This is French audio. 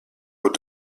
aux